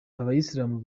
abayisilamu